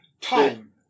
time